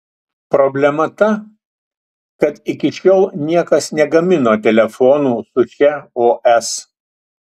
problema ta kad iki šiol niekas negamino telefonų su šia os